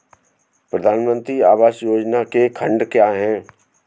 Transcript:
प्रधानमंत्री आवास योजना के खंड क्या हैं?